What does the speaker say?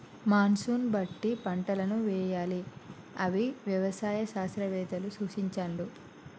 monsoon బట్టి పంటలను వేయాలి అని వ్యవసాయ శాస్త్రవేత్తలు సూచించాండ్లు